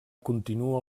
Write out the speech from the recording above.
continua